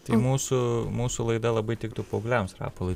tai mūsų mūsų laida labai tiktų paaugliams rapolai